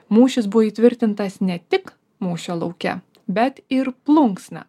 mūšis buvo įtvirtintas ne tik mūšio lauke bet ir plunksna